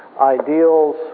ideals